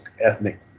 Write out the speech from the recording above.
ethnic